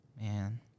Man